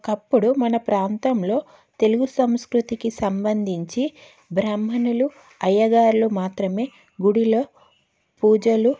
ఒకప్పుడు మన ప్రాంతంలో తెలుగు సంస్కృతికి సంబంధించి బ్రాహ్మణులు అయ్యగార్లు మాత్రమే గుడిలో పూజలు